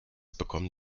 bekommen